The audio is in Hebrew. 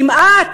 כמעט,